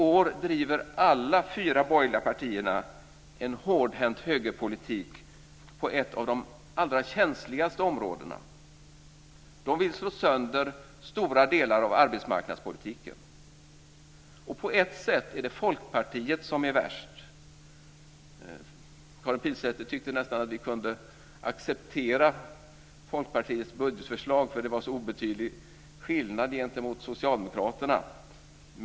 I år driver alla fyra borgerliga partier en hårdhänt högerpolitik på ett av de allra känsligaste områdena. Karin Pilsäter tyckte att vi kunde acceptera Folkpartiets budgetförslag för att det var så obetydlig skillnad gentemot socialdemokraternas förslag.